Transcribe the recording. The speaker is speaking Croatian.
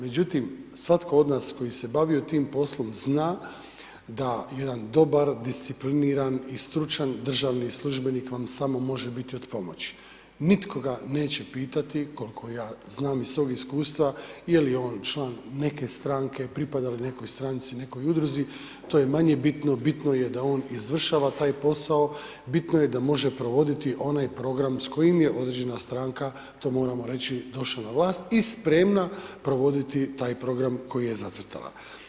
Međutim, svatko od nas koji se bavio tim poslom zna da jedan dobar, discipliniran i stručan državni službenik vam samo može biti od pomoći, nitko ga neće pitati, koliko ja znam iz svoj iskustva je li on član neke stranke, pripada li nekoj stranci, nekoj udruzi, to je manje bitno, bitno je da on izvršava taj posao, bitno je da može provoditi onaj program s kojim je određena stranka, to moramo reći došla na vlast, i spremna provoditi taj program koji je zacrtala.